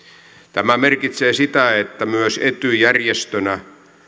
tämä merkitsee sitä että myös etyj järjestönä